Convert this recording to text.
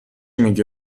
میگی